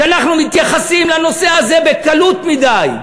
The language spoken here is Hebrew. שאנחנו מתייחסים לנושא הזה בקלות מדי,